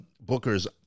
Booker's